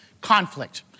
conflict